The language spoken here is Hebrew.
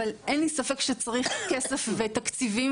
אבל אין לי ספק שצריך לשם כך כסף ותקציבים